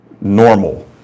normal